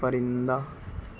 پرندہ